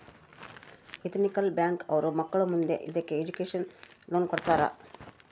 ethical bank ಅವ್ರು ಮಕ್ಳು ಮುಂದೆ ಇದಕ್ಕೆ ಎಜುಕೇಷನ್ ಲೋನ್ ಕೊಡ್ತಾರ